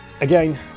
again